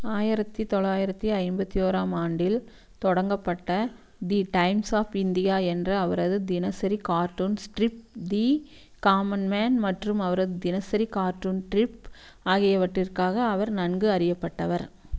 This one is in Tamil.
ஆயிரத்து தொள்ளாயிரத்தி ஐம்பத்து ஓராம் ஆண்டில் தொடங்கப்பட்ட தி டைம்ஸ் ஆஃப் இந்தியா என்ற அவரது தினசரி cartoon strip the Common Man மற்றும் அவரது தினசரி கார்ட்டூன் ஸ்டிரிப் ஆகியவற்றுக்காக அவர் நன்கு அறியப்பட்டவர்